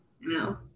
No